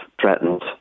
threatened